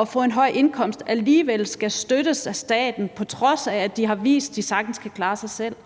at få en høj indkomst, alligevel skal støttes af staten, på trods af at de har vist, at de sagtens kan klare sig selv.